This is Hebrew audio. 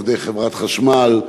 עובדי חברת חשמל,